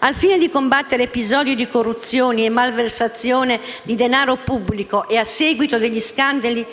Al fine di combattere episodi di corruzione e malversazione di denaro pubblico, e a seguito degli scandali